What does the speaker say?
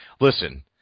Listen